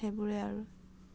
সেইবোৰে আৰু